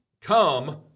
come